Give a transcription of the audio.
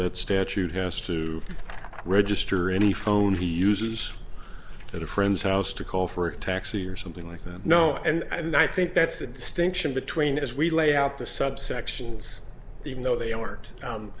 that statute has to register any phone he uses at a friend's house to call for a taxi or something like that no and i think that's the distinction between as we lay out the subsections even though they aren't